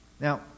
Now